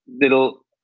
little